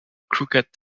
crooked